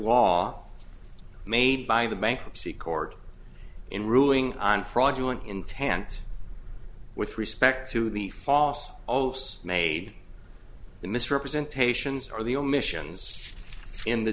law made by the bankruptcy court in ruling on fraudulent intent with respect to the false oath made the misrepresentations or the omissions in the